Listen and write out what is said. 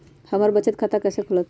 हमर बचत खाता कैसे खुलत?